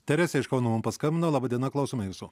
teresė iš kauno mum paskambino laba diena klausome jūsų